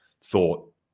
thought